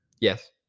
Yes